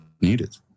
needed